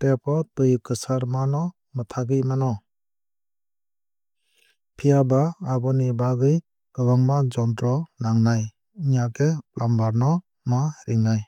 tap o twui kwsar mano mwthagwui mano. Phiaba aboni bagwui kwbangma jontro nangnai wngya khe plumber no ma ringnai.